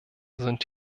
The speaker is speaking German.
sind